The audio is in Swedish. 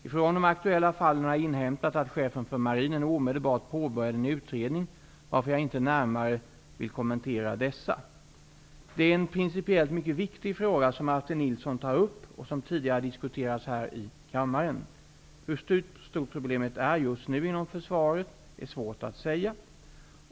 I fråga om de aktuella fallen har jag inhämtat att Chefen för marinen omedelbart påbörjade en utredning, varför jag inte närmare vill kommentera dessa. Det är en principiellt mycket viktig fråga som Martin Nilsson tar upp och som tidigare har diskuterats här i kammaren. Hur stort problemet är just nu inom försvaret är svårt att säga.